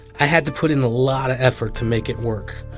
i had to put in a lot of effort to make it work.